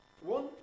One